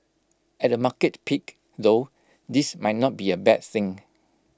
at A market peak though this might not be A bad thing